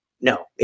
No